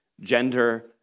gender